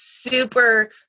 super